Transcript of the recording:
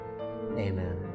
amen